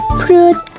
fruit